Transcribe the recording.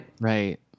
Right